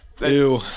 Ew